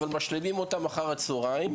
אבל משלימים אחר-הצוהריים,